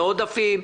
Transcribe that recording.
לא עודפים,